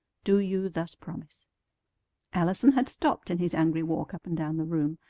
do you thus promise allison had stopped in his angry walk up and down the room,